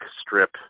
strip